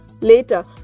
Later